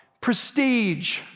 prestige